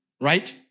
Right